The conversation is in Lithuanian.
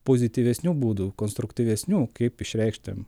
pozityvesnių būdų konstruktyvesnių kaip išreikšti